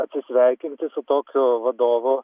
atsisveikinti su tokio vadovo